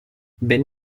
ben